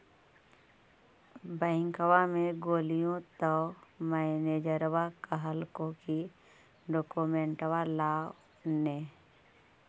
बैंकवा मे गेलिओ तौ मैनेजरवा कहलको कि डोकमेनटवा लाव ने?